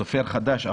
סופר חדש,